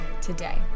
today